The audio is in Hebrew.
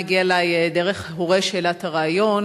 הגיעה אלי דרך הורה שהעלה את הרעיון,